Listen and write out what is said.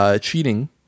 cheating